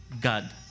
God